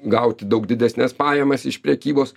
gauti daug didesnes pajamas iš prekybos